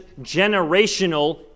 generational